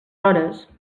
hores